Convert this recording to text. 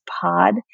pod